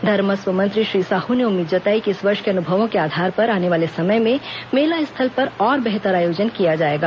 धर्मस्व मंत्री श्री साहू ने उम्मीद जताई कि इस वर्ष के अनुभवों के आधार पर आने वाले समय में मेला स्थल पर और बेहतर आयोजन किया जायेगा